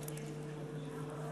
בבקשה.